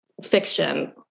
fiction